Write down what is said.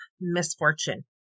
misfortune